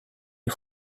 are